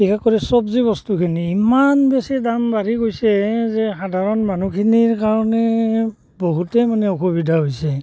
বিশেষ কৰি চব্জি বস্তুখিনি ইমান বেছি দাম বাঢ়ি গৈছে যে সাধাৰণ মানুহখিনিৰ কাৰণে বহুতেই মানে অসুবিধা হৈছে